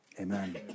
Amen